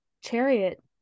Chariot